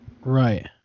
Right